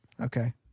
Okay